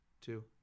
two –